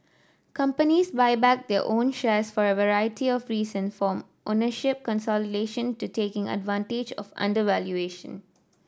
companies buy back their own shares for a variety of reasons from ownership consolidation to taking advantage of undervaluation